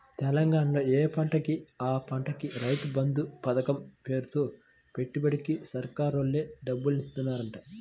తెలంగాణాలో యే పంటకి ఆ పంటకి రైతు బంధు పతకం పేరుతో పెట్టుబడికి సర్కారోల్లే డబ్బులిత్తన్నారంట